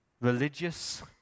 Religious